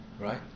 right